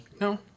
No